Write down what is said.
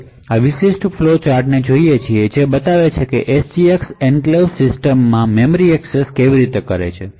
આપણે આ flow chart ને જોઈએ છીએ જે બતાવે છે કે SGX એન્ક્લેવ્સ સિસ્ટમમાં મેમરી એક્સેસ કેવી રીતે કરવામાં આવે છે